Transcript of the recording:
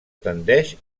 tendeix